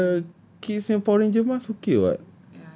but the kids punya power ranger mask okay [what]